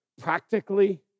practically